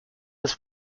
has